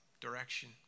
direction